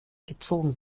gezogen